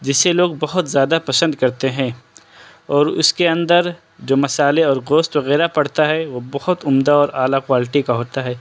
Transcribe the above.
جسے لوگ بہت زیادہ پسند کرتے ہیں اور اس کے اندر جو مصالحے اور گوشت وغیرہ پڑتا ہے وہ بہت عمدہ اور اعلیٰ کوالٹی کا ہوتا ہے